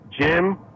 Jim